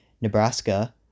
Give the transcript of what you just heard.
Nebraska